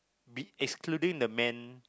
be~ excluding the man